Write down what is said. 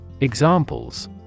Examples